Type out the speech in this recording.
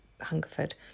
Hungerford